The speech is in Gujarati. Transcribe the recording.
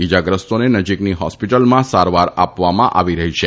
ઇજાગ્રસ્તોને નજીકની હોસ્પિટલોમાં સારવાર આપવામાં આવી રહી છે